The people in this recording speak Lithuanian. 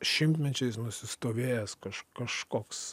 šimtmečiais nusistovėjęs kaž kažkoks